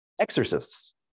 exorcists